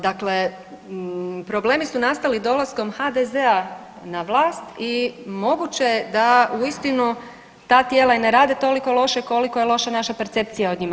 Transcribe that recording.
Dakle, problemi su nastali dolaskom HDZ-a na vlast i moguće je da uistinu ta tijela i ne rade toliko loše koliko je loša naša percepcija o njima.